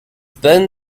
then